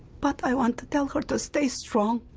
but i want to tell her to stay strong.